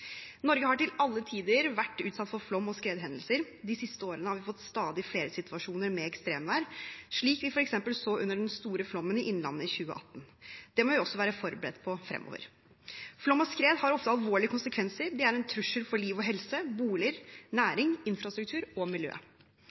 Norge har til alle tider vært utsatt for flom- og skredhendelser. De siste årene har vi fått stadig flere situasjoner med ekstremvær, slik vi f.eks. så under den store flommen i Innlandet i 2018. Det må vi også være forberedt på fremover. Flom og skred har ofte alvorlige konsekvenser. Det er en trussel mot liv og helse, boliger, næringer, infrastruktur og